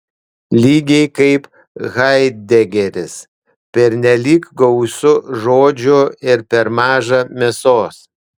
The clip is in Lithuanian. lygiai kaip haidegeris pernelyg gausu žodžių ir per maža mėsos